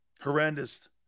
Horrendous